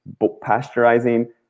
pasteurizing